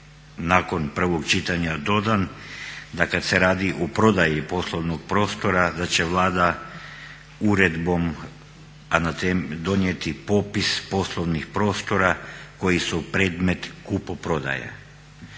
nakon prvog čitanja dodan da kada se radi o prodaji poslovnog prostora da će Vlada uredbom donijeti popis poslovnih prostora koji su predmet kupoprodaje.